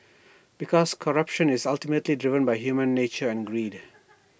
because corruption is ultimately driven by human nature and greed